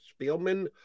spielman